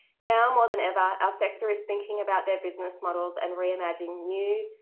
now more than ever, our sector is thinking about their business models and reimagining new,